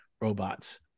robots